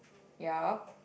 ya